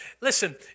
Listen